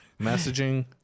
Messaging